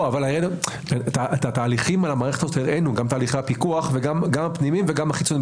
את התהליכים של הפיקוח גם הפנימיים וגם החיצוניים,